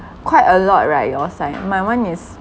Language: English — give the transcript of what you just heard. quite a lot right your side my [one] is